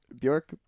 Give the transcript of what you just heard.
Bjork